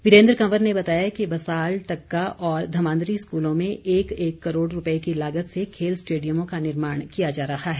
वीरेन्द्र कंवर ने बताया कि बसाल टक्का और धमांदरी स्कूलों में एक एक करोड़ रूपए की लागत से खेल स्टेडियमों का निर्माण किया जा रहा है